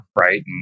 Right